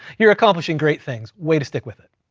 you're accomplishing great things. way to stick with it.